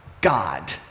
God